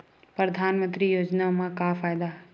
परधानमंतरी योजना म का फायदा?